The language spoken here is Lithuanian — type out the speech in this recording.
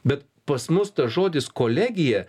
bet pas mus tas žodis kolegija